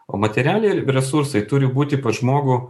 o materialiai resursai turi būti pas žmogų